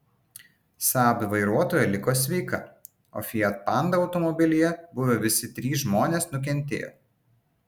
saab vairuotoja liko sveika o fiat panda automobilyje buvę visi trys žmonės nukentėjo